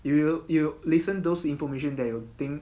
you will you listen those information that you think